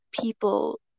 people